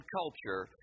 culture